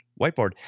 whiteboard